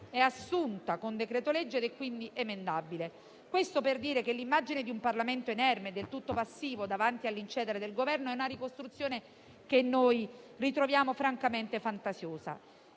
è assunta con decreto-legge ed è, quindi, emendabile. Ciò serve a dire che l'immagine di un Parlamento inerme e del tutto passivo davanti all'incedere del Governo è una ricostruzione che ritroviamo francamente fantasiosa.